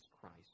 Christ